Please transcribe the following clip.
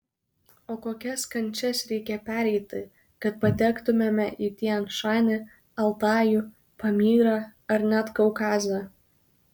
o kokias kančias reikia pereiti kad patektumėme į tian šanį altajų pamyrą ar net kaukazą